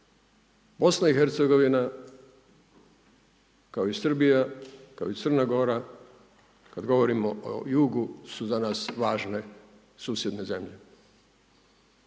BiH-a kao i Srbija, kao i Crna Gora, kada govorimo o jugu su za nas važne susjedne zemlje